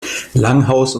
langhaus